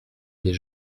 des